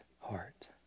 heart